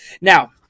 Now